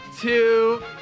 two